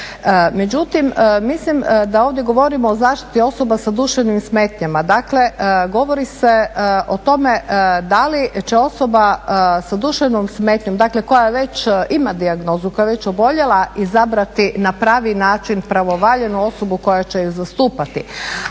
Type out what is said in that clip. Međutim, mislim da ovdje govorimo o zaštiti osoba sa duševnim smetnjama. Dakle, govori se o tome da li će osoba sa duševnom smetnjom, dakle koja već ima dijagnozu, koja je već oboljela izabrati na pravi način pravovaljanu osobu koja će ju zastupati.